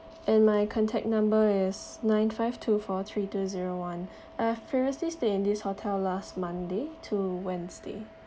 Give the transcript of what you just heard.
and my contact number is nine five two four three two zero one I've previously stayed in this hotel last monday to wednesday